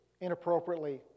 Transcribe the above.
inappropriately